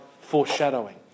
foreshadowing